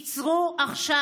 עצרו עכשיו.